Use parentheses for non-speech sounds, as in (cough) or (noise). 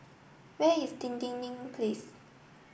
where is (unintelligible) Dinding Place